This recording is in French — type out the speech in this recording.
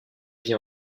vie